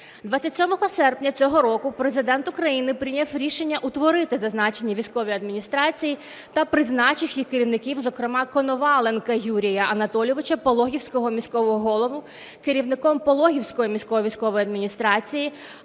27 серпня цього року Президент України прийняв рішення утворити зазначені військові адміністрації та призначив їх керівників, зокрема Коноваленка Юрія Анатолійовича, пологівського міського голову, керівником Пологівської міської військової адміністрації,